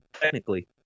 technically